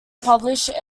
published